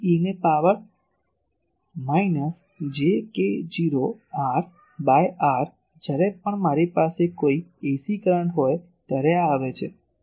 તેથી e ને power minus j k0 r by r જ્યારે પણ મારી પાસે કોઈ AC કરંટ હોય ત્યારે આ આવે છે